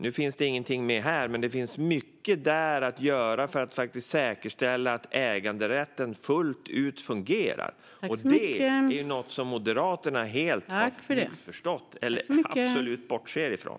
Nu finns ingenting med här, men där finns det mycket att göra för att säkerställa att äganderätten fungerar fullt ut. Det är ju något som Moderaterna helt har missförstått eller absolut bortser ifrån.